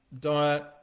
diet